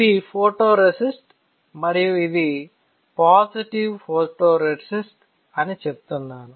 ఇది ఫోటోరేసిస్ట్ మరియు ఇది పాజిటివ్ ఫోటోరేసిస్ట్ అని చెప్తున్నాను